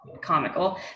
comical